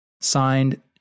Signed